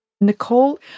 Nicole